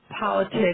politics